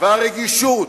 והרגישות,